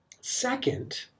Second